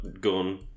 gun